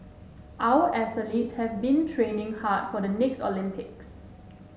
our athletes have been training hard for the next Olympics